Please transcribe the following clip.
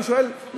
ואני שואל,